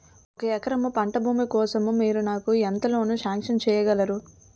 ఒక ఎకరం పంట భూమి కోసం మీరు నాకు ఎంత లోన్ సాంక్షన్ చేయగలరు?